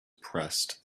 pressed